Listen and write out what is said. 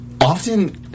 often